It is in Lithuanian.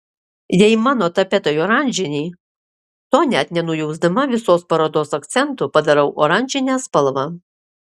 jei mano tapetai oranžiniai to net nenujausdama visos parodos akcentu padarau oranžinę spalvą